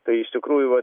tai iš tikrųjų vat